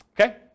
Okay